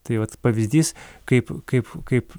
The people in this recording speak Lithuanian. tai vat pavyzdys kaip kaip kaip